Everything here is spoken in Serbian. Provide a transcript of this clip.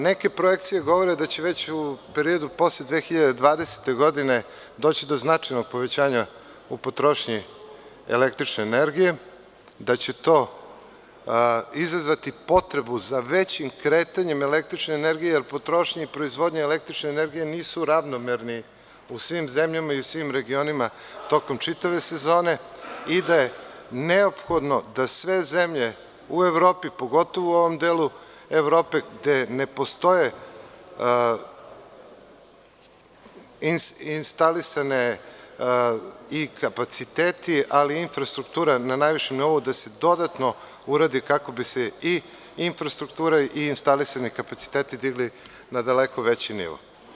Neke projekcije govore da će već u periodu posle 2020. godine, doći do značajnog povećanja u potrošnji električne energije, da će to izazvati potrebu za većim kretanjem električne energije, jer potrošnja i proizvodnja električne energije nisu ravnomerni u svim zemljama i u svim regionima tokom čitave sezone, i da je neophodno da sve zemlje u Evropi, pogotovo u ovom delu Evrope gde ne postoje instalisani i kapaciteti, ali i infrastruktura na najvišem nivou, da se dodatno uradi kako bi se i infrastruktura i instalisani kapaciteti digli na daleko veći nivo.